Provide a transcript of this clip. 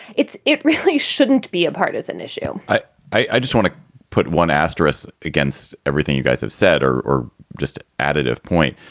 it's it really shouldn't be a partisan issue but i just want to put one asterisk against everything you guys have said or or just an additive point,